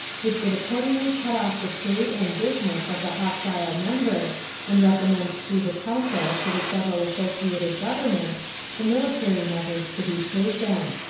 which would accordingly cut off the trade and business of the hostile member and recommend through the council to the several associated governments the military measures to be taken.